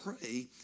pray